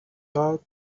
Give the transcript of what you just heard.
love